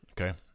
Okay